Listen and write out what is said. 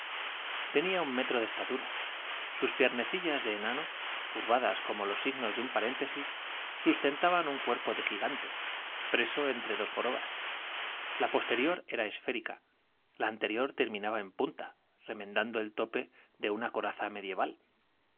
tenia un metro de estatura sus piernecillas de enano curvadas como los signos de un paréntesis sustentaban un cuerpo de gigante preso entre dos jorobas la posterior era esférica la anterior ter mi naba en punta remedando el tope de una coraza medioeval